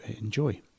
enjoy